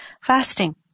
fasting